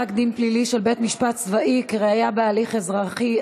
(פסק-דין פלילי של בית-משפט צבאי כראיה בהליך אזרחי),